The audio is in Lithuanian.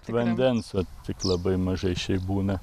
vandens vat tik labai mažai šiaip būna